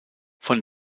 von